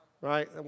right